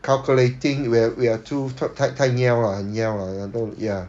calculating we're we are too 太太 niao lah 很 niao lah ya